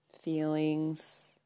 feelings